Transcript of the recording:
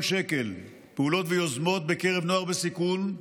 שקלים: פעולות ויוזמות בקרב נוער בסיכון,